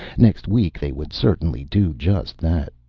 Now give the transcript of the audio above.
next week they would certainly do just that,